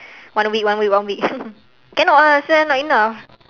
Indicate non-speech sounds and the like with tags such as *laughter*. one week one week one week *laughs* cannot ah [sial] not enough